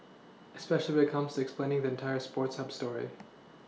especially comes explaining the entire sports Hub story